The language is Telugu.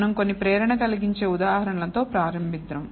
మనం కొన్ని ప్రేరణ కలిగించే ఉదాహరణలతో ప్రారంభిద్దాం